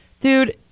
dude